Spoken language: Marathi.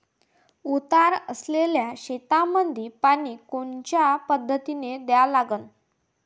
उतार असलेल्या शेतामंदी पानी कोनच्या पद्धतीने द्या लागन?